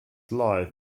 live